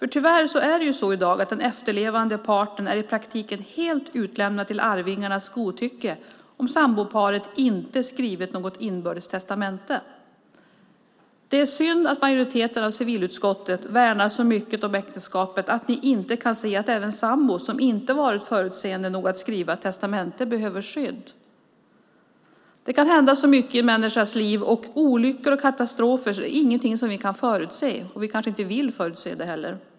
Tyvärr är det så i dag att den efterlevande parten är i praktiken helt utelämnad till arvingarnas godtycke om samboparet inte skrivit något inbördes testamente. Det är synd att majoriteten av civilutskottet värnar så mycket om äktenskapet att man inte kan se att även sambor som inte varit förutseende nog att skriva ett testamente behöver skydd. Det kan hända så mycket i en människas liv, och olyckor och katastrofer är ingenting som vi kan förutse - vi kanske inte vill förutse det heller.